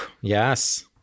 Yes